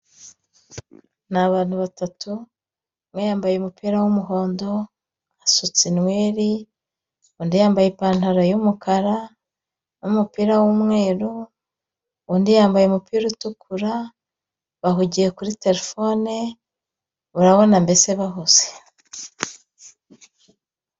Ni abantu batatu, umwe yambaye umupira w'umuhondo, asutse inweri, undi yambaye ipantaro y'umukara, n'umupira w'umweru, undi yamabye umupira utukura, bahugiye kuri telefone, urabona mbese bahuze.